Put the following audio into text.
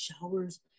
showers